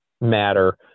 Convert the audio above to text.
matter